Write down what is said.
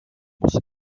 muss